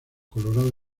colorado